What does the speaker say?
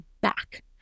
back